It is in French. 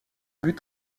but